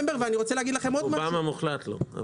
רובם המוחלט לא.